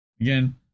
Again